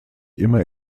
immer